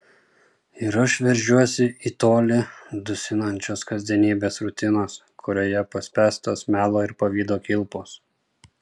ir aš veržiuosi į tolį dusinančios kasdienybės rutinos kurioje paspęstos melo ir pavydo kilpos